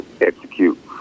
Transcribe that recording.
execute